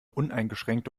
uneingeschränkte